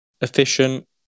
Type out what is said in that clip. efficient